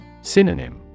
Synonym